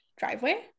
driveway